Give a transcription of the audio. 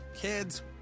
Kids